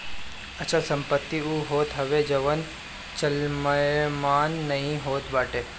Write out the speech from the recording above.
अचल संपत्ति उ होत हवे जवन चलयमान नाइ होत बाटे